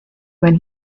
when